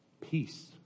peace